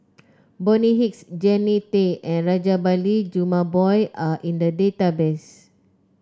Bonny Hicks Jannie Tay and Rajabali Jumabhoy are in the database